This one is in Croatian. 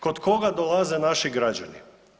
Kod koga dolaze naši građani?